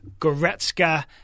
Goretzka